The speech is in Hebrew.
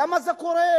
למה זה קורה?